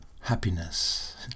happiness